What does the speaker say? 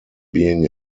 being